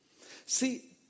See